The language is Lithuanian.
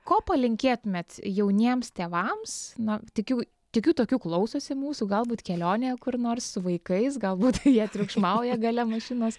ko palinkėtumėt jauniems tėvams na tikiu tikiu tokių klausosi mūsų galbūt kelionėj kur nors su vaikais galbūt jie triukšmauja gale mašinos